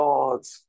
God's